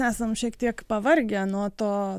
esam šiek tiek pavargę nuo to